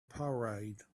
parade